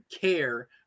care